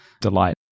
delight